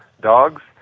dogs